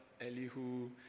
Elihu